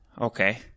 Okay